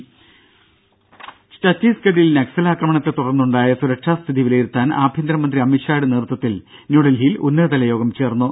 രുഭ ചത്തീസ്ഗഡിൽ നക്സൽ ആക്രമണത്തെ തുടർന്നുണ്ടായ സുരക്ഷാ സ്ഥിതി വിലയിരുത്താൻ ആഭ്യന്തര മന്ത്രി അമിത് ഷായുടെ നേതൃത്വത്തിൽ ന്യൂഡൽഹിയിൽ ഉന്നതതല യോഗം ചേർന്നു